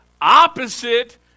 Opposite